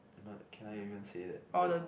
but can I even say that like